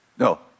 No